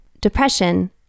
depression